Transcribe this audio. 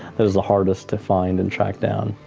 is the hardest to find and track down.